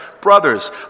brothers